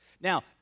Now